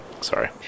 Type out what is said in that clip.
sorry